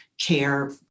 care